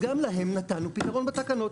גם להן נתנו פתרון בתקנות,